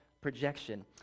projection